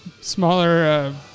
smaller